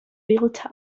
built